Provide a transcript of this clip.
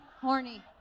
Horny